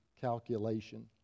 calculation